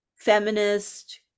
feminist